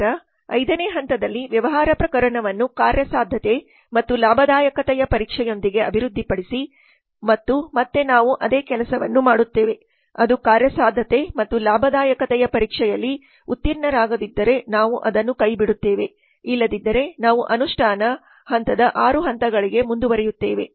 ನಂತರ ಐದನೇ ಹಂತದಲ್ಲಿ ವ್ಯವಹಾರ ಪ್ರಕರಣವನ್ನು ಕಾರ್ಯಸಾಧ್ಯತೆ ಮತ್ತು ಲಾಭದಾಯಕತೆಯ ಪರೀಕ್ಷೆಯೊಂದಿಗೆ ಅಭಿವೃದ್ಧಿಪಡಿಸಿ ಮತ್ತು ಮತ್ತೆ ನಾವು ಅದೇ ಕೆಲಸವನ್ನು ಮಾಡುತ್ತೇವೆ ಅದು ಕಾರ್ಯಸಾಧ್ಯತೆ ಮತ್ತು ಲಾಭದಾಯಕತೆಯ ಪರೀಕ್ಷೆಯಲ್ಲಿ ಉತ್ತೀರ್ಣರಾಗದಿದ್ದರೆ ನಾವು ಅದನ್ನು ಕೈಬಿಡುತ್ತೇವೆ ಇಲ್ಲದಿದ್ದರೆ ನಾವು ಅನುಷ್ಠಾನ ಹಂತದ ಆರು ಹಂತಗಳಿಗೆ ಮುಂದುವರಿಯುತ್ತೇವೆ